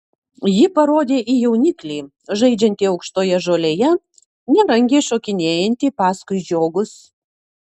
ji parodė į jauniklį žaidžiantį aukštoje žolėje nerangiai šokinėjantį paskui žiogus